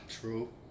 True